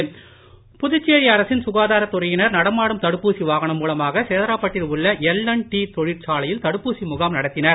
நடமாடும் தடப்பூசி புதுச்சேரி அரசின் சுகாதாரத்துறையினர் நடமாடும் தடுப்பூசி வாகனம் மூலமாக சேதராப்பட்டில் உள்ள எல் அண்ட் டி தொழிற்சாலையில் தடுப்பூசி முகாம் நடத்தினர்